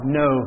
no